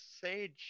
sage